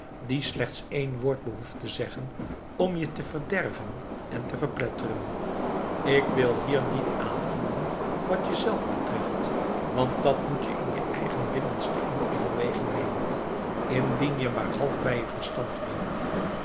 die slechts één woord behoeft te zeggen om je te verderven en te verpletteren ik wil hier niet aanvoeren wat jezelf betreft want dat moet je in je eigen binnenste in overweging nemen indien je maar half bij je verstand bent